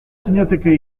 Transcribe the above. zinateke